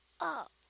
up